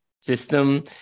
system